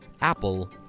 Apple